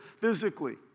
physically